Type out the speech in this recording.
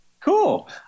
Cool